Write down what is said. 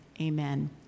amen